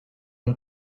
and